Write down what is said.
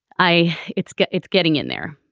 i it's it's getting in there.